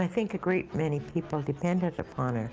think a great many people depended upon her.